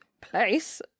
place